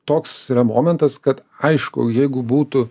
toks yra momentas kad aišku jeigu būtų